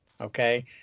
Okay